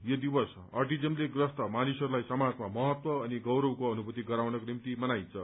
यो दिवस अटिज्मले प्रस्त मानिसहस्लाई समाजमा महत्व अनि गौरवको अनुभूति गराउनको निम्ति मनाइन्छ